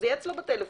שיהיה אצלו בנייד.